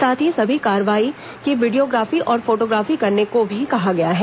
साथ ही सभी कार्रवाई की वीडियोग्राफी और फोटोग्राफी करने को भी कहा गया है